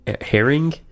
herring